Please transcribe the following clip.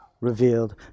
revealed